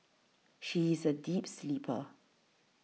she is a deep sleeper